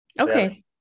okay